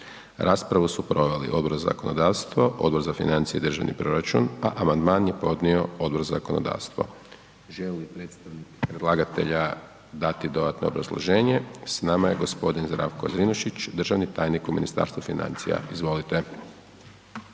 Raspravu su proveli Odbor za zakonodavstvo, Odbor za financije i državni proračun, a amandman je podnio Odbor za zakonodavstvo. Želi li predstavnik predlagatelja dati dodatno obrazloženje? S nama je gospodin Zdravko Zrinušić, državni tajnik u Ministarstvu financija, izvolite.